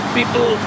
people